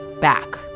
back